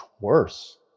worse